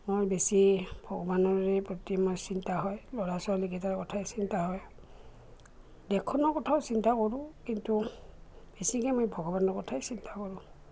মই বেছি ভগৱানৰেই প্ৰতি মই চিন্তা হয় ল'ৰা ছোৱালীকেইটাৰ কথাই চিন্তা হয় দেশখনৰ কথাও চিন্তা কৰোঁ কিন্তু বেছিকৈ মই ভগৱানৰ কথাই চিন্তা কৰোঁ